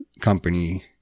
company